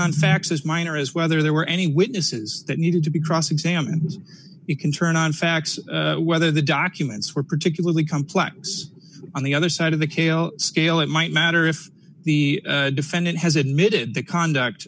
on facts as minor as whether there were any witnesses that needed to be cross examined you can turn on facts whether the documents were particularly complex on the other side of the k l scale it might matter if the d and it has admitted the conduct